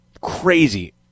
crazy